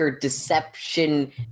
Deception